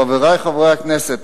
חברי חברי הכנסת,